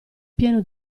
pieno